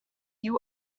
you